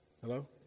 Hello